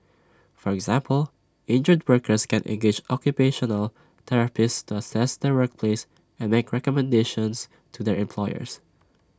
for example injured workers can engage occupational therapists to assess their workplace and make recommendations to their employers